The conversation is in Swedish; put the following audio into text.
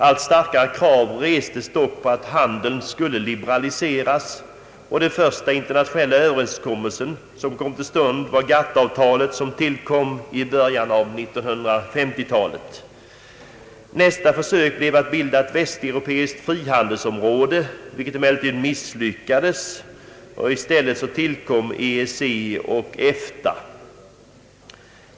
Allt starkare krav restes på att handeln skulle liberaliseras, och den första internationella överenskommelse som kom till stånd var GATT-avtalet i början av 1950-talet. Nästa försök blev att bilda ett västeuropeiskt = frihandelsområde, vilket emellertid misslyckades. I stället tillkom EEC och EFTA.